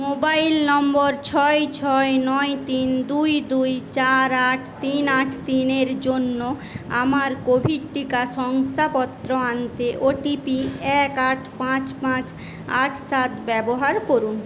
mobile নম্বর ছয় ছয় নয় তিন দুই দুই চার আট তিন আট তিনের জন্য আমার কোভিড টিকা শংসাপত্র আনতে ও টি পি এক আট পাঁচ পাঁচ আট সাত ব্যবহার করুন